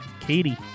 Katie